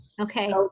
Okay